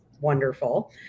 wonderful